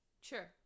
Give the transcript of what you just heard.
Sure